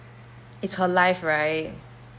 it's her life right